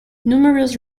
numerous